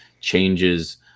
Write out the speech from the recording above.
changes